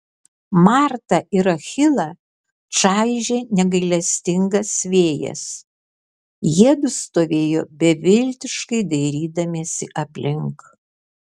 martą ir achilą čaižė negailestingas vėjas jiedu stovėjo beviltiškai dairydamiesi aplink